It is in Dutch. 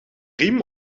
riem